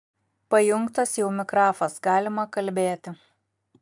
pajungtas jau mikrafas galima kalbėti